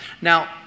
Now